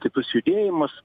kitus judėjimus